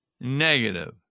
negative